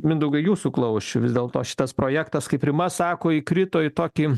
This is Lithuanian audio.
mindaugai jūsų klausčiau vis dėlto šitas projektas kaip rima sako įkrito į tokį